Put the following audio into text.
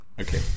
Okay